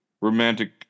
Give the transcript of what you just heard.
romantic